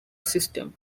system